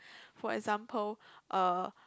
for example uh